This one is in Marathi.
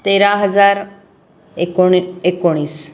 तेरा हजार एकोणी एकोणीस